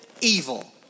evil